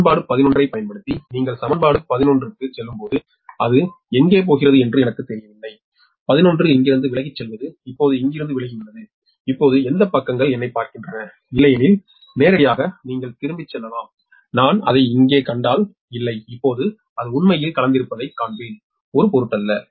எனவே சமன்பாடு 11 ஐப் பயன்படுத்தி நீங்கள் சமன்பாடு 11 க்குச் செல்லும்போது அது எங்கே போகிறது என்று எனக்குத் தெரியவில்லை 11 இங்கிருந்து விலகிச் செல்வது இப்போது இங்கிருந்து விலகி உள்ளது இப்போது எந்தப் பக்கங்கள் என்னைப் பார்க்கின்றன இல்லையெனில் நேரடியாக நீங்கள் திரும்பிச் செல்லலாம் நான் அதை இங்கே கண்டால் இல்லை இப்போது அது உண்மையில் கலந்திருப்பதைக் காண்பேன் ஒரு பொருட்டல்ல